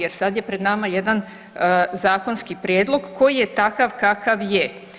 Jer sad je pred nama jedan zakonski prijedlog koji je takav kakav je.